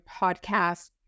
podcast